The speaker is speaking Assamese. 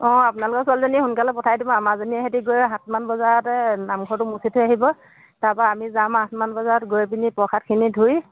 অঁ আপোনালোকৰ ছোৱালীজনী সোনকালে পঠাই দিব আমাৰজনীৰে হেতি গৈ সাত মান বজাতে নামঘৰটো মচি থৈ আহিব তাৰপৰা আমি যাম আঠমান বজাত গৈ পিনি প্ৰসাদখিনি ধুই